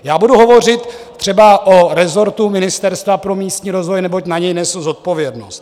Já budu hovořit třeba o rezortu Ministerstva pro místní rozvoj, neboť za něj nesu zodpovědnost.